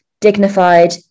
dignified